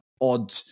odd